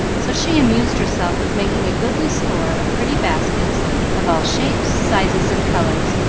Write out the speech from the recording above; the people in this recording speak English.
so she amused herself with making a goodly store of pretty baskets of all shapes, sizes, and colors,